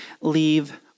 leave